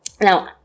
now